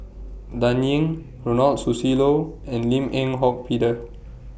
Dan Ying Ronald Susilo and Lim Eng Hock Peter